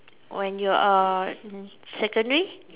when you are in secondary